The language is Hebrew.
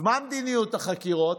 מה מדיניות החקירות?